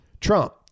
Trump